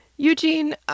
Eugene